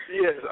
Yes